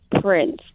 prince